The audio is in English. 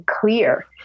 clear